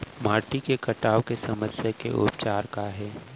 माटी के कटाव के समस्या के उपचार काय हे?